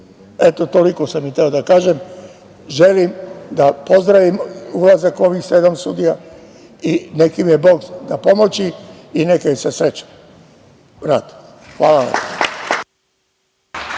Toliko sam i hteo da kažem. Želim da pozdravim ulazak ovih sedam sudija i neka im je Bog na pomoći i neka im je sa srećom. Hvala.